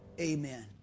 Amen